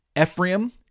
Ephraim